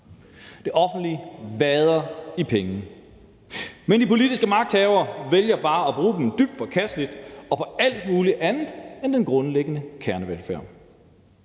Det offentlige vader i penge. Men de politiske magthavere vælger bare at bruge dem dybt forkasteligt og på alt muligt andet end den grundlæggende kernevelfærd.